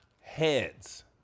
heads